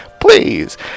please